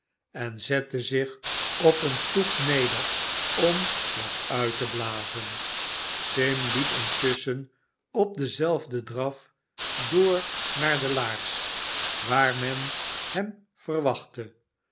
en zette zich op eene stoep neder om wat uit te blazen sim liep intusschen op denzelfden draf door naar de laars waar men hem verwachtte